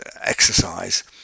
exercise